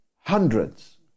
hundreds